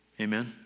Amen